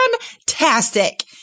Fantastic